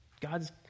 God's